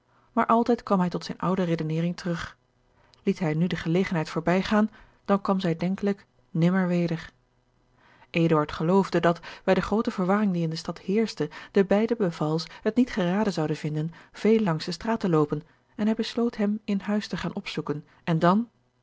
maar altijd kwam hij tot zijne oude redenering terug liet hij nu de gelegenheid voorbijgaan dan kwam zij denkelijk nimmer weder eduard geloofde dat bij de groote verwarring die in de stad heerschte de beide bevals het niet geraden zouden vinden veel langs de straat te loopen en hij besloot hen in huis te gaan opzoeken en dan